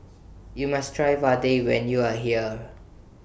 YOU must Try Vadai when YOU Are here